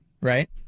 right